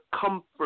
comfort